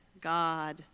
God